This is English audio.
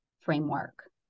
framework